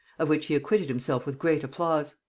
of which he acquitted himself with great applause.